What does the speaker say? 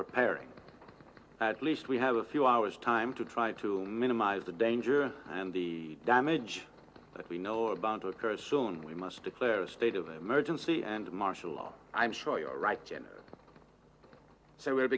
preparing at least we have a few hours time to try to minimize the danger and the damage that we know about to occur soon we must declare a state of emergency and martial law i'm sure you are right